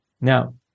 Now